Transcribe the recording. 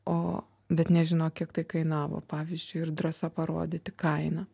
o bet nežino kiek tai kainavo pavyzdžiui ir drąsa parodyti kainą